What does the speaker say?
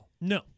No